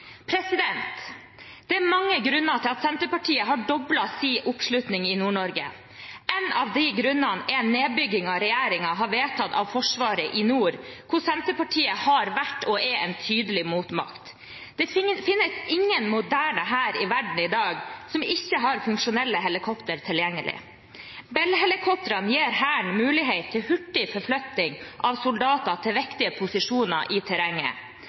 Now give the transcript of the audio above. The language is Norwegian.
Det er mange grunner til at Senterpartiet har doblet sin oppslutning i Nord-Norge. En av dem er nedbyggingen regjeringen har vedtatt av Forsvaret i nord, hvor Senterpartiet har vært og er en tydelig motmakt. Det finnes ingen moderne hær i verden i dag som ikke har funksjonelle helikopter tilgjengelig. Bell-helikoptrene gir Hæren mulighet til hurtig forflytting av soldater til viktige posisjoner i terrenget.